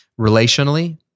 relationally